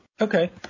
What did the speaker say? Okay